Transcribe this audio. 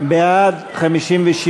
לביטחון פנים,